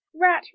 rat